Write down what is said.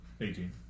Eighteen